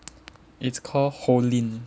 it's called Hollin